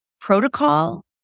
protocol